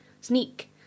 sneak